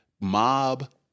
mob